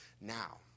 now